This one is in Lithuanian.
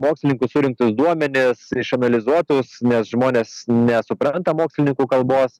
mokslininkų surinktus duomenis išanalizuotus nes žmonės nesupranta mokslininkų kalbos